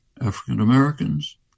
African-Americans